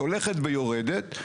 היא הולכת ויורדת,